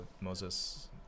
Moses